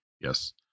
yes